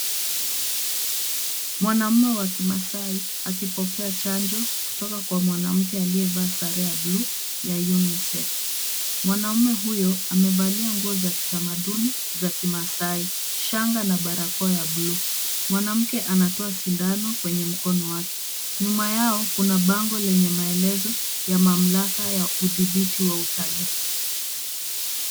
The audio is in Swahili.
Mwanamume wa kimaasai akipokea chanjo kutoka kwa mwanamke aliyevaa sare ya buluu ya UNICEF. Mwanamume huyo amevalia nguo za kitamaduni za kimaasai shanga na barakoa ya buluu. Mwanamke anatoa sindano kwenye mkono wake. Nyuma yao kuna bango lenye maelezo ya mamlaka ya udhibiti wa utalii.